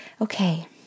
Okay